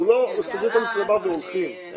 אנחנו לא סוגרים את המסיבה והולכים.